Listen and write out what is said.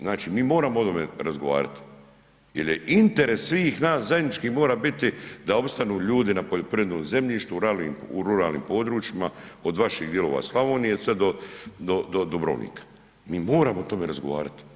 Znači moramo o ovome razgovarati jer je interes svih nas zajednički mora biti da opstanu ljudi na poljoprivrednom zemljištu u ruralnim područjima od vaših dijelova Slavonije sve do Dubrovnika, mi moramo o tome razgovarati.